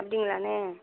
அப்படிங்களாண்ணே